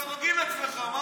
כרגיל אצלך.